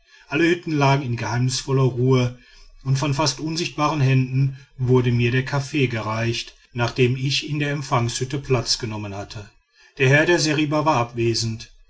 alle hütten lagen in geheimnisvoller ruhe und von fast unsichtbaren händen wurde mir der kaffee gereicht nachdem ich in der empfangshütte platz genommen hatte der herr der seriba war abwesend